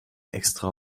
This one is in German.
extra